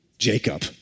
Jacob